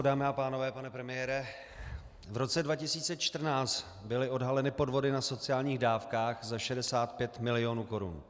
Dámy a pánové, pane premiére, v roce 2014 byly odhaleny podvody na sociálních dávkách za 65 milionů korun.